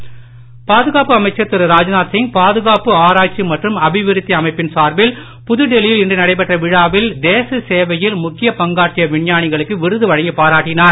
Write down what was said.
ராஜ்நாத் பாதுகாப்பு அமைச்சர் திரு ராஜ்நாத் சிங் பாதுகாப்பு ஆராய்ச்சி மற்றும் அபிவிருத்தி அமைப்பின் சார்பில் புதுடெல்லியில் இன்று நடைபெற்ற விழாவில் தேச சேவையில் முக்கிய பங்காற்றிய விஞ்ஞானிகளுக்கு விருது வழங்கி பாராட்டினார்